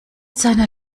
seiner